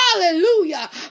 hallelujah